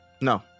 no